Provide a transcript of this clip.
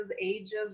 ages